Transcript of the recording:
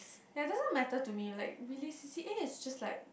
ya it doesn't matter to me like really C_C_A is just like